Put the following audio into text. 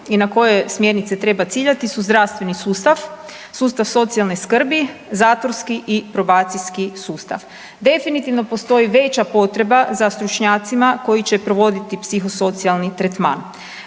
i na koje smjernice treba ciljati su zdravstveni sustava, sustav socijalne skrbi, zatvorski i probacijski sustav. Definitivno postoji veća potreba za stručnjacima koji će provoditi psihosocijalni tretman.